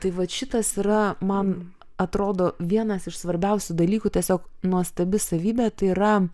tai vat šitas yra man atrodo vienas iš svarbiausių dalykų tiesiog nuostabi savybė tai yra